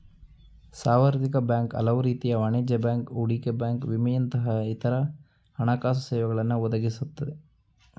ಸಾರ್ವತ್ರಿಕ ಬ್ಯಾಂಕ್ ಹಲವುರೀತಿಯ ವಾಣಿಜ್ಯ ಬ್ಯಾಂಕ್, ಹೂಡಿಕೆ ಬ್ಯಾಂಕ್ ವಿಮೆಯಂತಹ ಇತ್ರ ಹಣಕಾಸುಸೇವೆಗಳನ್ನ ಒದಗಿಸುತ್ತೆ